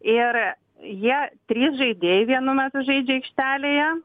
ir jie trys žaidėjai vienu metu žaidžia aikštelėje